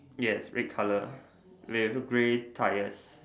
yes red color with grey tires